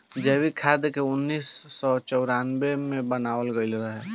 जैविक खाद के उन्नीस सौ चौरानवे मे बनावल गईल रहे